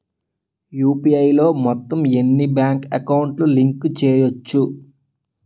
UPI లో మొత్తం ఎన్ని బ్యాంక్ అకౌంట్ లు లింక్ చేయచ్చు?